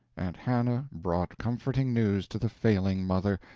aunt hannah brought comforting news to the failing mother,